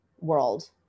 world